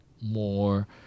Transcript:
more